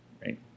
right